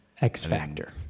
X-factor